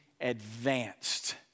advanced